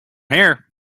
here